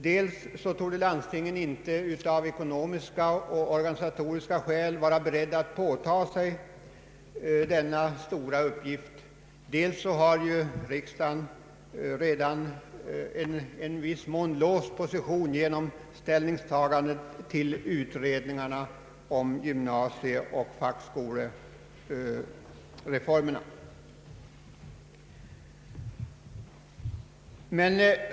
Dels torde landstingen f.n. av ekonomiska och organisatoriska skäl inte vara beredda att åta sig denna stora uppgift, dels har riksdagen redan i viss mån en låst position genom ställningstagandet till utredningarna om gymnasieoch fackskolereformerna.